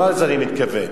לא לזה אני מתכוון,